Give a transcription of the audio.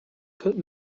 put